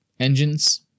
engines